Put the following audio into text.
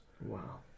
wow